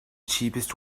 cheapest